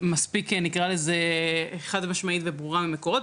נקרא לזה, מספיק חד משמעית וברורה ממקורות.